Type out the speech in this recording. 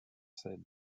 scène